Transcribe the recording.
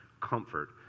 comfort